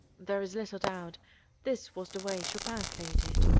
there is little doubt this was the way chopin played it.